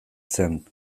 zen